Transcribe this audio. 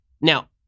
Now